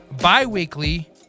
bi-weekly